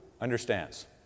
understands